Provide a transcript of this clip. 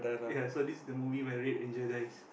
ya so this is the movie where red ranger dies